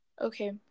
Okay